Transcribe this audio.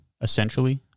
essentially